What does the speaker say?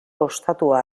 ostatua